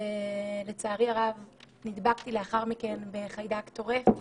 ולצערי הרב נדבקתי לאחר מכן בחיידק טורף.